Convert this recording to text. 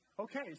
Okay